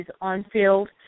on-field